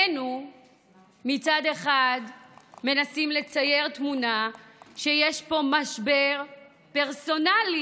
מצד אחד מנסים לצייר תמונה שיש פה משבר פרסונלי